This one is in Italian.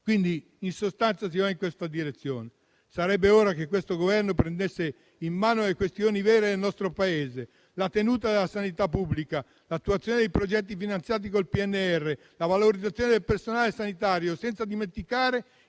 bastati. In sostanza, si va in questa direzione. Sarebbe ora che questo Governo prendesse in mano le questioni vere del nostro Paese: la tenuta della sanità pubblica, l'attuazione dei progetti finanziati con il PNRR, la valorizzazione del personale sanitario, senza dimenticare